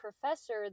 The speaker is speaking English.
professor